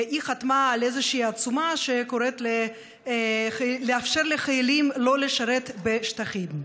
היא חתמה על איזושהי עצומה שקוראת לאפשר לחיילים לא לשרת בשטחים.